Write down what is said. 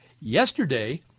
Yesterday